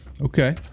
Okay